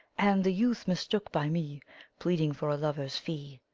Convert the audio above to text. and the youth mistook by me pleading for a lover's fee